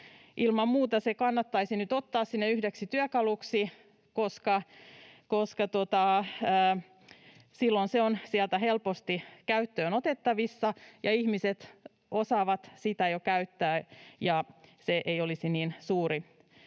Ilman muuta se kannattaisi nyt ottaa sinne yhdeksi työkaluksi, koska silloin se on sieltä helposti käyttöön otettavissa. Ihmiset osaavat sitä jo käyttää, ja se ei olisi niin suuri